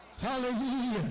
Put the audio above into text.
Hallelujah